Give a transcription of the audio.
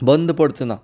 बंद पडचो ना